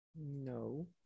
No